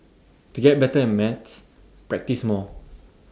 to get better at maths practise more